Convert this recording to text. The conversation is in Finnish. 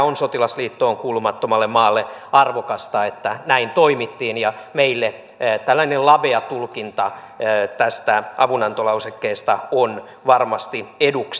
on sotilasliittoon kuulumattomalle maalle arvokasta että näin toimittiin ja meille tällainen lavea tulkinta tästä avunantolausekkeesta on varmasti eduksi